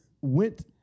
went